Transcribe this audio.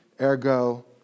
ergo